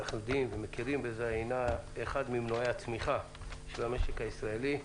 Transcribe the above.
התעשייה הישראלית הינה אחד ממנועי הצמיחה של המשק הישראלי,